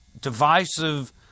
divisive